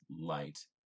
light